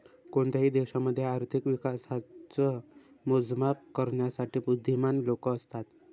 कोणत्याही देशामध्ये आर्थिक विकासाच मोजमाप करण्यासाठी बुध्दीमान लोक असतात